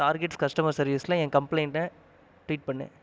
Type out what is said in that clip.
targets customer சர்வீஸில் என் கம்ப்ளைன்ட்டை ட்வீட் பண்ணு